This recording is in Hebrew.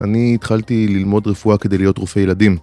אני התחלתי ללמוד רפואה כדי להיות רופא ילדים